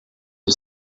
you